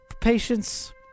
patience